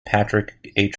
patrick